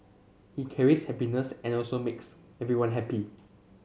he carries happiness and also makes everyone happy